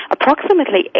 approximately